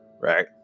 right